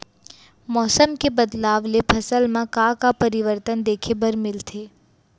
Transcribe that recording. मौसम के बदलाव ले फसल मा का का परिवर्तन देखे बर मिलथे?